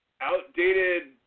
outdated